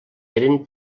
eren